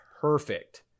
perfect